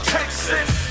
Texas